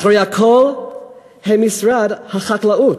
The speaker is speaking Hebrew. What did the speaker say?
אחרי הכול הם משרד החקלאות,